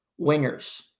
wingers